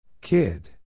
Kid